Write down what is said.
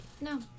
No